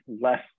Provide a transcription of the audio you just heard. less